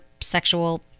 sexual